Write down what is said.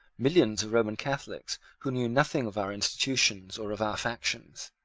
millions of roman catholics, who knew nothing of our institutions or of our factions,